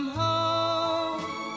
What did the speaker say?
home